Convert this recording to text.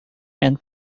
and